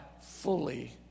fully